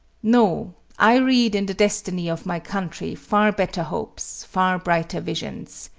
no i read in the destiny of my country far better hopes, far brighter visions.